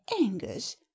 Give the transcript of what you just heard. angus